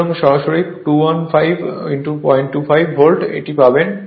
সুতরাং সরাসরি 21525 ভোল্ট এই এটা পাবেন